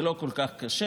זה לא כל כך קשה.